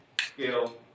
skill